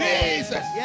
Jesus